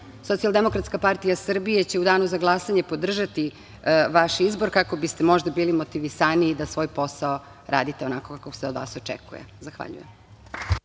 Socijaldemokratska partija Srbije će u danu za glasanje podržati vaš izbor, kako biste možda bili motivisaniji da svoj posao radite onako kako se od vas očekuje. Zahvaljujem.